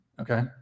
Okay